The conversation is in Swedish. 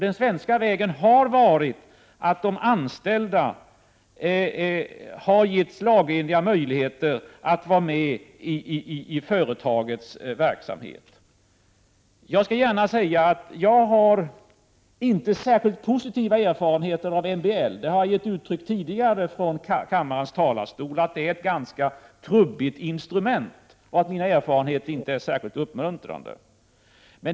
Den svenska vägen har inneburit att de anställda har givits möjligheter enligt lag att vara med i företagets verksamhet. Jag skall gärna säga att jag inte har särskilt positiva erfarenheter av MBL. Jag har tidigare från kammarens talarstol givit uttryck för att MBL är ett ganska trubbigt instrument och att mina erfarenheter inte är särskilt uppmuntrande.